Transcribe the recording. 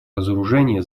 разоружение